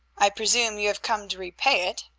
i presume you have come to repay it,